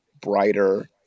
brighter